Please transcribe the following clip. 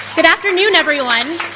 good afternoon, everyone.